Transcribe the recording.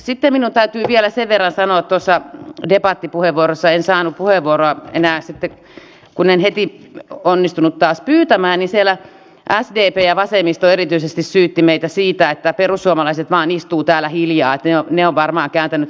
sitten minun täytyy vielä sen verran sanoa tuossa debattipuheenvuorossa en saanut puheenvuoroa enää sitten kun en heti onnistunut taas pyytämään kun sdp ja vasemmisto erityisesti syyttivät meitä siitä että perussuomalaiset vain istuvat täällä hiljaa että ne ovat varmaan kääntäneet takkinsakin